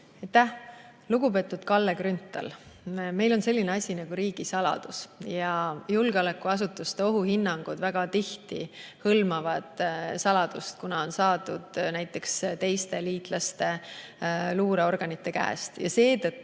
Aitäh! Lugupeetud Kalle Grünthal! Meil on selline asi nagu riigisaladus ja julgeolekuasutuste ohuhinnangud väga tihti hõlmavad riigisaladust, kuna [info] on saadud näiteks meie liitlaste luureorganite käest. Seetõttu